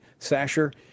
Sasher